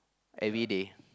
everyday